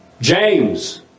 James